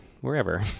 wherever